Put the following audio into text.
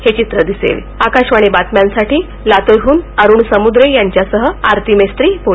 हे चित्र दिसेल आकाशवाणी बातम्यातसाठी लातूरहून अरूण समुद्रे यांच्यादसह आरती मेस्ञी पुणे